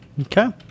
Okay